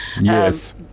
Yes